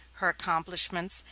her accomplishments,